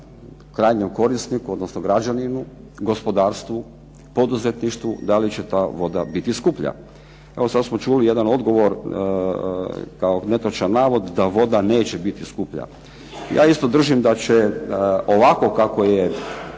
krajnjem korisniku, odnosno građaninu, gospodarstvu, poduzetništvu, da li će ta voda biti skuplja. Evo sad smo čuli jedan odgovor kao netočan navod da voda neće biti skuplja. Ja isto držim da će ovako kako je